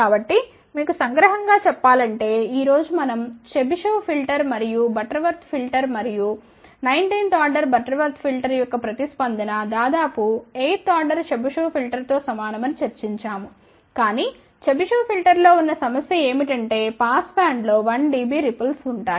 కాబట్టి మీకు సంగ్రహం గా చెప్పాలంటే ఈ రోజు మనం చెబిషెవ్ ఫిల్టర్ మరియు బటర్వర్త్ ఫిల్టర్ మరియు 19 వ ఆర్డర్ బటర్వర్త్ ఫిల్టర్ యొక్క ప్రతిస్పందన దాదాపు 8 వ ఆర్డర్ చెబిషెవ్ ఫిల్టర్తో సమాన మని చర్చించాము కాని చెబిషెవ్ ఫిల్టర్లో ఉన్న సమస్య ఏమిటంటే పాస్బ్యాండ్లో 1 డిబి రిపుల్స్ ఉన్నాయి